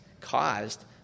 caused